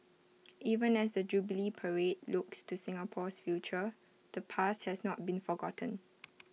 even as the jubilee parade looks to Singapore's future the past has not been forgotten